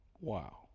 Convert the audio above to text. Wow